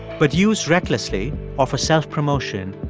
but used recklessly or for self-promotion,